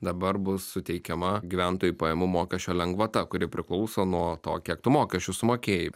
dabar bus suteikiama gyventojų pajamų mokesčio lengvata kuri priklauso nuo to kiek tu mokesčių sumokėjai